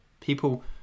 people